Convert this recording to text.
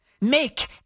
make